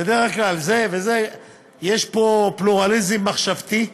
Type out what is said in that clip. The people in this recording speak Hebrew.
יש פה פלורליזם מחשבתי,